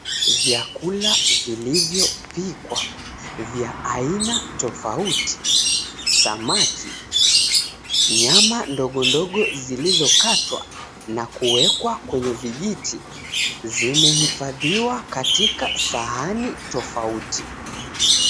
Vyakula vilivyopikwa vya aina tofauti samaki, nyama ndogo ndogo zilizokatwa na kuwekwa kwenye vijiti zimehifadhiwa katika sahani tofauti.